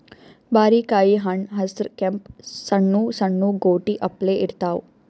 ಬಾರಿಕಾಯಿ ಹಣ್ಣ್ ಹಸ್ರ್ ಕೆಂಪ್ ಸಣ್ಣು ಸಣ್ಣು ಗೋಟಿ ಅಪ್ಲೆ ಇರ್ತವ್